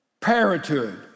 parenthood